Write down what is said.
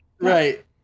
Right